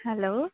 hello